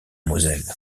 moselle